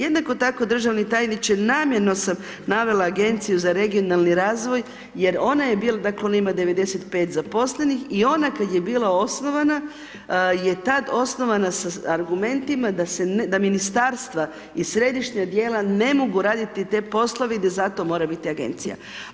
Jednako tako državni tajniče namjerno sam navela Agenciju za regionalni razvoj, jer ona je, dakle ona ima 95 zaposlenih i ona kad je bila osnovana, je tad osnovana sa argumentima da ministarstva i središnja tijela ne mogu raditi te poslove i da zato mora biti agencija.